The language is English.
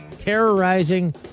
terrorizing